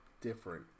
different